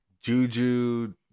Juju